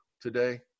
today